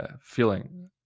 feeling